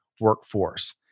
workforce